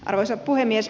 arvoisa puhemies